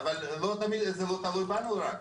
אבל זה מה שקרה לך הרגע.